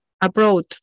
abroad